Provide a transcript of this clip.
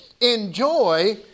Enjoy